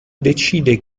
decide